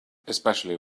especially